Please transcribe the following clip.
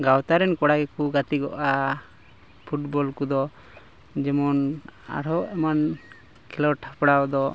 ᱜᱟᱶᱛᱟ ᱨᱮᱱ ᱠᱚᱲᱟ ᱜᱮᱠᱚ ᱜᱟᱛᱮ ᱜᱚᱜᱼᱟ ᱯᱷᱩᱴᱵᱚᱞ ᱠᱚᱫᱚ ᱡᱮᱢᱚᱱ ᱟᱨᱦᱚᱸ ᱮᱢᱟᱱ ᱠᱷᱮᱞᱳᱰ ᱦᱮᱯᱨᱟᱣ ᱫᱚ